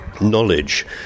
knowledge